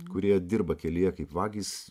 kurie dirba kelyje kaip vagys